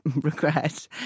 regret